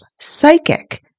psychic